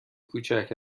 کوچک